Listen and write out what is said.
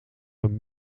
een